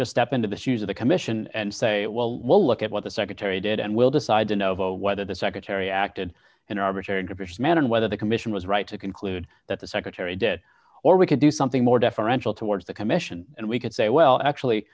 just step into the shoes of the commission and say well we'll look at what the secretary did and we'll decide to know whether the secretary acted an arbitrary and capricious man and whether the commission was right to conclude that the secretary did or we could do something more deferential towards the commission and we could say well actually